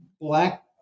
black